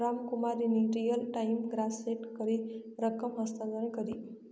रामकुमारनी real time gross set करी रकम हस्तांतर करी